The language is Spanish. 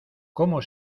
cómo